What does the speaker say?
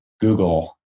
Google